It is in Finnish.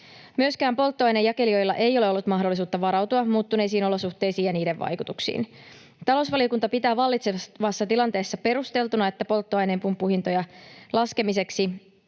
Myöskään polttoaineen jakelijoilla ei ole ollut mahdollisuutta varautua muuttuneisiin olosuhteisiin ja niiden vaikutuksiin. Talousvaliokunta pitää vallitsevassa tilanteessa perusteltuna, että polttoaineen pumppuhintojen laskemiseksi